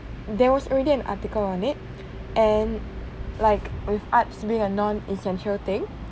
there was already an article on it and like with arts being a non essential thing